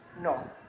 No